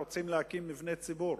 רוצים להקים מבנה ציבור